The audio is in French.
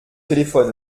téléphone